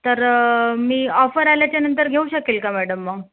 तर मी ऑफर आल्याच्यानंतर घेऊ शकेल का मॅडम मग